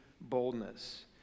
boldness